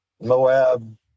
Moab